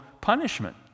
punishment